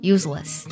Useless